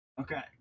Okay